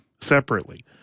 separately